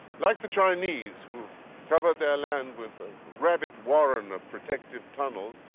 like the chinese who have covered their land with a rabbit warren of protective tunnels,